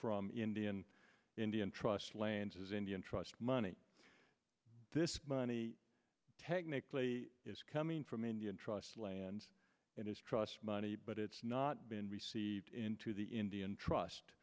from indian indian trust lands indian trust money this money technically is coming from indian trust land it is trust money but it's not been received into the indian trust